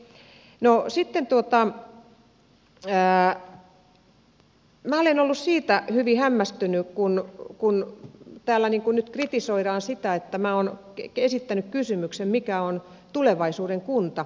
no sitten minä olen ollut siitä hyvin hämmästynyt kun täällä nyt kritisoidaan sitä että minä olen esittänyt kysymyksen mikä on tulevaisuuden kunta